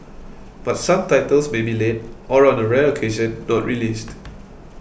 but some titles may be late or on a rare occasion not released